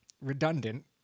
redundant